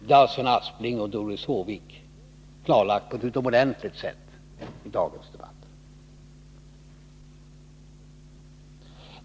Detta har Sven Aspling och Doris Håvik klarlagt på ett utomordentligt sätt i dagens debatt.